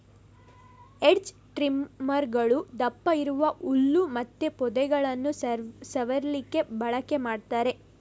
hedge ಟ್ರಿಮ್ಮರುಗಳು ದಪ್ಪ ಇರುವ ಹುಲ್ಲು ಮತ್ತೆ ಪೊದೆಗಳನ್ನ ಸವರ್ಲಿಕ್ಕೆ ಬಳಕೆ ಮಾಡ್ತಾರೆ